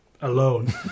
alone